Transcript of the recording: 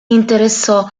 interessò